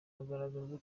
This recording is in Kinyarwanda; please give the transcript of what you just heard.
agaragaza